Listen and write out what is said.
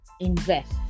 invest